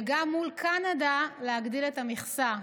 וגם מול קנדה להגדיל את המכסה.